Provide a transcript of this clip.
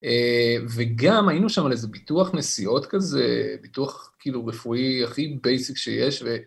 וגם היינו שם על איזה ביטוח נסיעות כזה, ביטוח כאילו רפואי הכי בייסיק שיש ו...